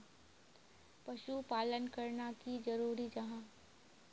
पशुपालन करना की जरूरी जाहा?